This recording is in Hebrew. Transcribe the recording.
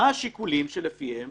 מה השיקולים לפיהם